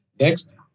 Next